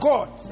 God